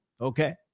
Okay